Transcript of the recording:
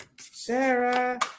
Sarah